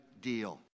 deal